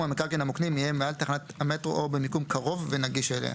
מיקום המקרקעין המוקנים יהיה מעל תחנת המטרו או במיקום קרוב ונגיש אליה,